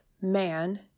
man